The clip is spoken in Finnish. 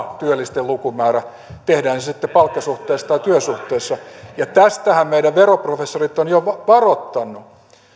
työllisten lukumäärä tehdään se sitten palkkasuhteessa tai työsuhteessa ja tästähän meidän veroprofessorit ovat jo varoittaneet